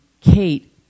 Kate